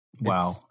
Wow